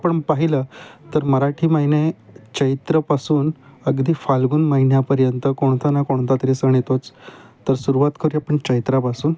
आपण पाहिलं तर मराठी महिने चैत्रपासून अगदी फालगून महिन्यापर्यंत कोणता ना कोणता तरी सण येतोच तर सुरवात करू आपण चैत्रापासून